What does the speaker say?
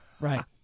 Right